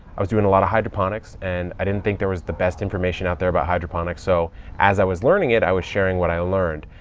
i was doing a lot of hydroponics and i didn't think there was the best information out there about hydroponics. so as i was learning it i was sharing what i learned.